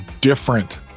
different